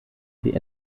wie